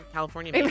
California